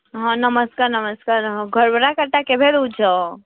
ହଁ ନମସ୍କାର୍ ନମସ୍କାର୍ ଘର୍ଭଡ଼ା ଟା କେଭେ ଦଉଛ